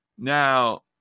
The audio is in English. Now